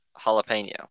jalapeno